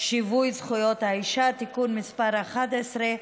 שיווי זכויות האישה (תיקון מס' 11),